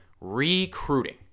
recruiting